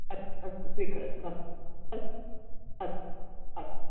अस्तु अस्तु स्वीकरोतु अस्तु अस्तु अस्तु अस्तु